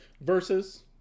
Versus